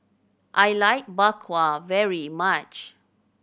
I like Bak Kwa very much